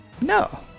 No